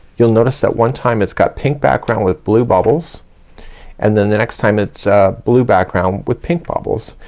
you'll notice that one time. it's got pink background with blue bobbles and then the next time it's blue background with pink bobbles.